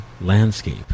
landscape